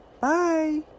Bye